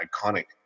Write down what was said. iconic